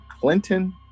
Clinton